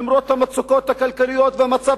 למרות המצוקות הכלכליות והמצב